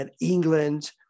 England